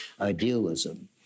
idealism